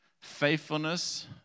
Faithfulness